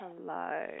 Hello